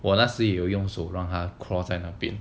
我那时我有用手让他 crawl 在那边